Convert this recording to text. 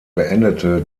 beendete